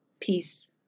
Peace